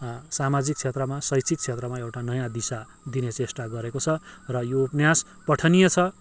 सामाजिक क्षेत्रमा शैक्षिक क्षेत्रमा एउटा नयाँ दिशा दिने चेष्टा गरेको छ र यो उपन्यास पठनीय छ